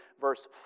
verse